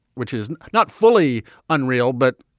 which is not fully unreal, but.